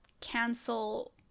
cancel